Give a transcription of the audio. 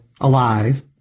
alive